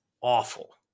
awful